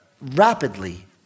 rapidly